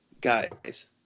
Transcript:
Guys